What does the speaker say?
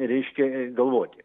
reiškia galvoti